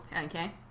Okay